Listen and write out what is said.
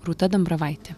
rūta dambravaitė